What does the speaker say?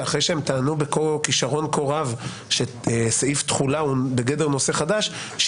אחרי שהם טענו בכישרון כה רב שסעיף תחולה הוא בגדר נושא חדש,